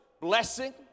blessing